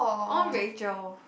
I want Rachel